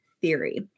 theory